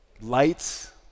Lights